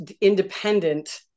independent